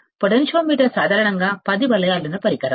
పొ పొటెన్షియోమీటర్ సాధారణంగా 10 వలయాలున్న పరికరం